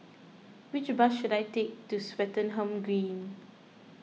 which bus should I take to Swettenham Green